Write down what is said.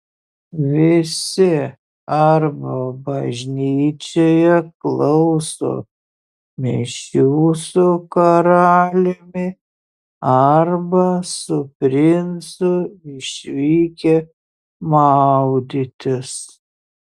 visi arba bažnyčioje klauso mišių su karaliumi arba su princu išvykę maudytis